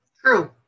True